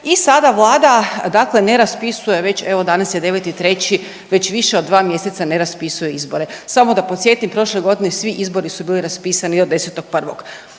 i sada Vlada ne raspisuje već evo danas je 9.3. već više od dva mjeseca ne raspisuje izbore. Samo da podsjetim prošle godine svi izbori su bili raspisani od 10.1.,